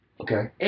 Okay